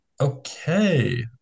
Okay